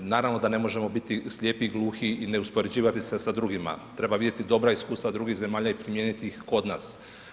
Naravno da ne možemo biti slijepi i gluhi i ne uspoređivati se sa drugima, treba vidjeti dobra iskustva drugih zemalja i primijeniti ih kod nas.